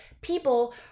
people